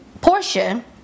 Portia